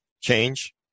change